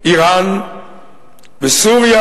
אירן וסוריה.